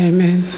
Amen